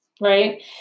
right